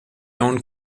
owned